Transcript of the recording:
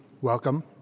welcome